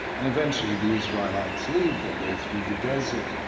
and eventually the israelites leave. they go through the desert,